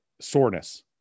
soreness